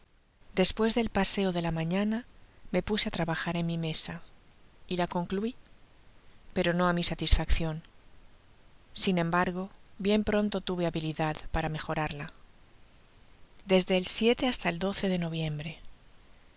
despues del paseo do la mañana me puse á trabajar en mi mesa y la conclui pero no á mi satisfaccion sin embargo bien pronto tuve habilidad para mejorarla desde el hasta el de noviembre